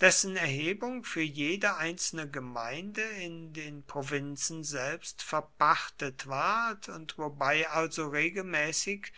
dessen erhebung für jede einzelne gemeinde in den provinzen selbst verpachtet ward und wobei also regelmäßig